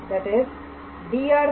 i